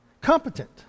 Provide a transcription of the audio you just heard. Competent